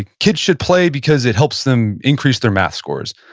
kids should play because it helps them increase their math scores.